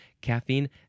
caffeine